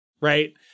Right